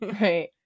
Right